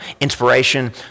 inspiration